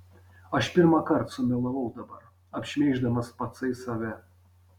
aš pirmąkart sumelavau dabar apšmeiždamas patsai save